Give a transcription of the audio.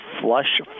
flush